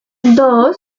dos